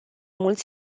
mult